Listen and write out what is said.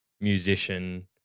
musician